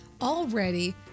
already